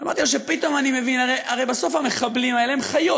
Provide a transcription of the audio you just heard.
אמרתי לו שפתאום אני מבין: הרי בסוף המחבלים האלה הם חיות,